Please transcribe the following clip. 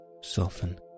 soften